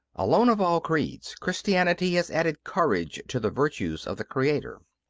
alone of all creeds, christianity has added courage to the virtues of the creator.